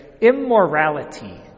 immorality